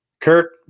Kurt